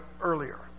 earlier